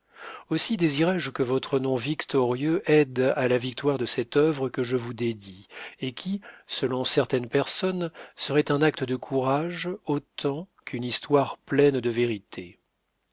aussi désiré je que votre nom victorieux aide à la victoire de cette œuvre que je vous dédie et qui selon certaines personnes serait un acte de courage autant qu'une histoire pleine de vérité